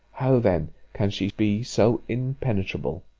how then can she be so impenetrable?